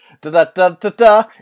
Da-da-da-da-da